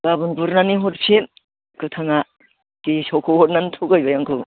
गाबोन गुरनानै हरफिन गोथाङा गेसावखौ हरनानै थगायदों आंखौ